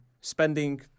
spending